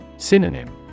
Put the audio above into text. synonym